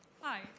Hi